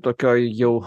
tokioj jau